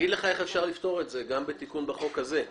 אגיד לך איך אפשר לפתור את זה בתיקון החוק הזה.